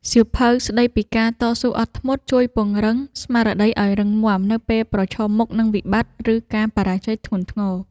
សៀវភៅស្ដីពីការតស៊ូអត់ធ្មត់ ជួយពង្រឹងស្មារតីឱ្យរឹងមាំនៅពេលប្រឈមមុខនឹងវិបត្តិ ឬការបរាជ័យធ្ងន់ធ្ងរ។